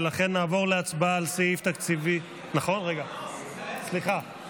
ולכן נעבור להצבעה על סעיף תקציבי, רגע, סליחה.